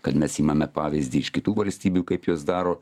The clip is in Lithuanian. kad mes imame pavyzdį iš kitų valstybių kaip jos daro